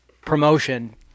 promotion